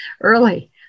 early